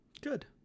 Good